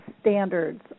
standards